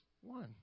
one